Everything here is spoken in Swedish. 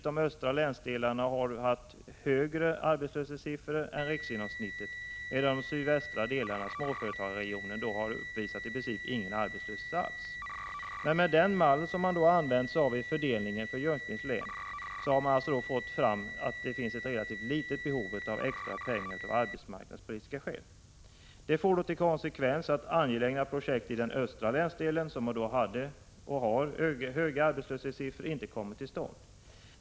De östra länsdelarna har exempelvis haft högre arbetslöshetssiffror än riksgenomsnittet, medan de sydvästra delarna — småföretagarregionen — i princip inte uppvisat någon arbetslöshet alls. Med den mall som använts vid fördelningen för Jönköpings län har man fått fram att det finns ett relativt litet behov av extra pengar av arbetsmarknadspolitiska skäl. Detta får till konsekvens att angelägna projekt i den östra länsdelen, som haft och har höga arbetslöshetssiffror, inte kommer till stånd.